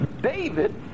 David